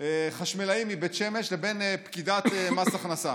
חשמלאי מבית שמש, לבין פקידת מס הכנסה.